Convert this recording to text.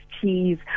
cheese